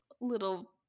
little